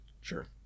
Sure